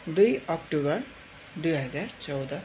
दुई अक्टोबर दुई हजार चौध